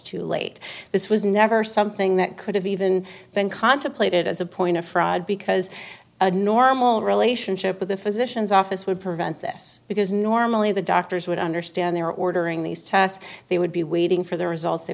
too late this was never something that could have even been contemplated as a point of fraud because a normal relationship with a physician's office would prevent this because normally the doctors would understand they were ordering these tests they would be waiting for the results they